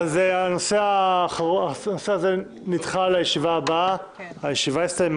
הישיבה ננעלה בשעה